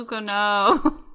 no